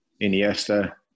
Iniesta